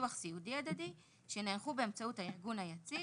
ובביטוח סיעודי הדדי שנערכו באמצעות הארגון היציג,